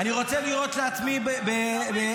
--- לטקס הנחת אבן פינה.